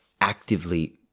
actively